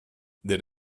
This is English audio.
did